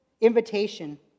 invitation